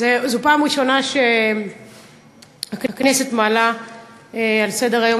זו פעם ראשונה שהכנסת מעלה על סדר-היום